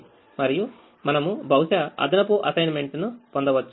మరియు మనము బహుశా అదనపు అసైన్మెంట్ ను పొందవచ్చు